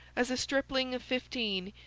as a stripling of fifteen,